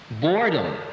boredom